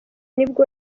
nibwo